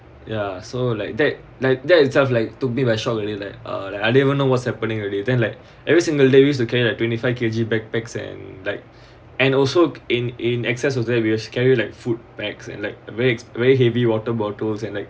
ya so like that like that itself took me by shock like I didn't know what's happening already then like every single day use to carry like five K_G backpacks and like and also in in excess of that which carry like food bags and like very it's very heavy water bottles and like